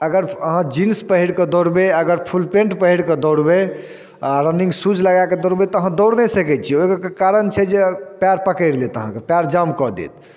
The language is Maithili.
अगर अहाँ जीन्स पहिर कऽ दौड़बै अगर फुल पेंट पहिर कऽ दौड़बै आ रनिंग सूज लगा कऽ दौड़बै तऽ अहाँ दौड़ नहि सकै छी ओहिके कारण छै जे पएर पकड़ि लेत अहाँके पएर जाम कऽ देत